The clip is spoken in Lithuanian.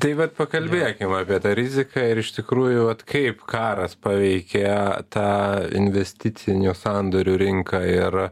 tai vat pakalbėkim apie tą riziką ir iš tikrųjų vat kaip karas paveikė tą investicinių sandorių rinką ir